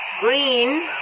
Green